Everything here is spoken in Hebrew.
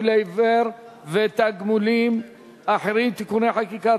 לעיוור ותגמולים אחרים (תיקוני חקיקה),